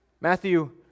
Matthew